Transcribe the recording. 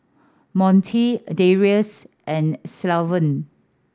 Monte Darius and Sylvan